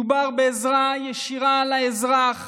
מדובר בעזרה ישירה לאזרח